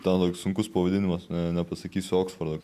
ten toks sunkus pavadinimas ne nepasakysiu oksfordo